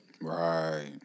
Right